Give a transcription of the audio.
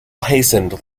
hastened